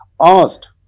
asked